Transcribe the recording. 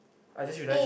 I just realised that